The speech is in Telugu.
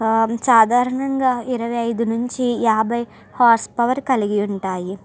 సాధారణంగా ఇరవై ఐదు నుంచి యాభై హార్స్ పవర్ కలిగి ఉంటాయి